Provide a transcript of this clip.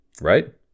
right